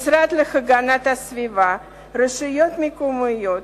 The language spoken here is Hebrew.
המשרד להגנת הסביבה, רשויות מקומיות,